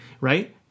Right